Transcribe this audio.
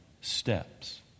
steps